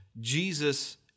Jesus